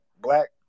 black